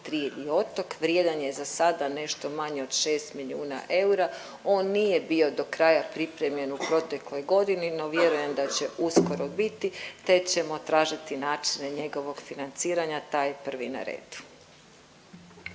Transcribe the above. Trilj i Otok, vrijedan je za sada nešto manje od 6 milijuna eura. On nije bio do kraja pripremljen u protekloj godini, no vjerujem da će uskoro biti te ćemo tražiti načine njegovog financiranja, taj je prvi na redu.